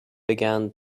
began